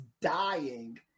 dying